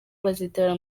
bazitabira